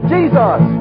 Jesus